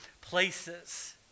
places